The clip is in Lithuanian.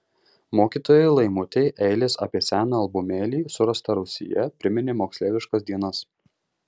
mokytojai laimutei eilės apie seną albumėlį surastą rūsyje priminė moksleiviškas dienas